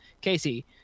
Casey